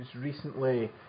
recently